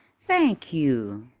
thank you,